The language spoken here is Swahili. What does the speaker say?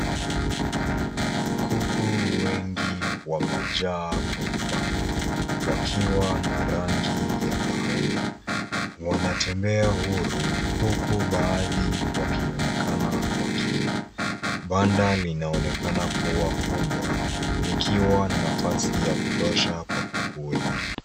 Kuku wengi wamejaa kwenye banda wakiwa na rangi ya kahawia. Wanatembea huru huku baadhi wakionekana wakila. Banda linaonekana kuwa kubwa, likiwa na nafasi ya kutosha kwa kuku wengi.